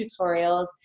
tutorials